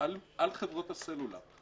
על חברות הסלולר.